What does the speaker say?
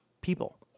people